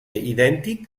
idèntic